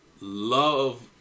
love